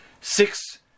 six